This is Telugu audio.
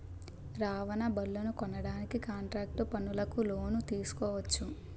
రవాణా బళ్లనుకొనడానికి కాంట్రాక్టు పనులకు లోను తీసుకోవచ్చు